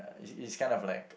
it's kind of like